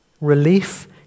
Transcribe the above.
Relief